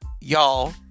y'all